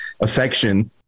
affection